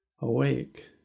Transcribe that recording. awake